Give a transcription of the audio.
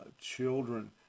children